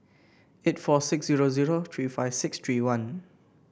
eight four six zero zero three five six three one